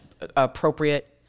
appropriate